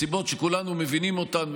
מסיבות שכולנו מבינים אותן,